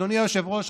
אדוני היושב-ראש,